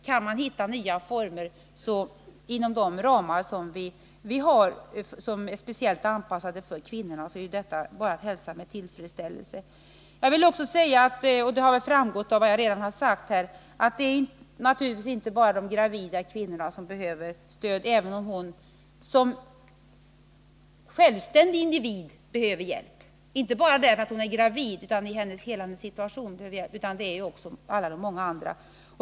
Kan man då inom de ramar som finns hitta nya former som är speciellt anpassade för kvinnorna är detta att hälsa med tillfredsställelse. Som har framgått av vad jag redan sagt menar jag naturligtvis inte att det bara är de gravida kvinnorna som behöver stöd, även om en gravid kvinna som självständig individ behöver hjälp — inte bara därför att hon är gravid utan i hela hennes situation — utan det är många andra.